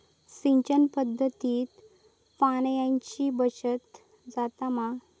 सिंचन पध्दतीत पाणयाची बचत जाता मा?